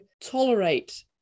tolerate